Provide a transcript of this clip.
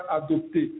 adopté